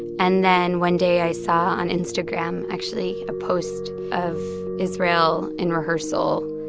and then one day, i saw on instagram, actually, a post of israel in rehearsal,